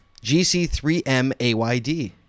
GC3MAYD